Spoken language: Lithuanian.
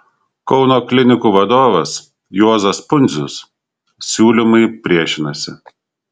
kauno klinikų vadovas juozas pundzius siūlymui priešinasi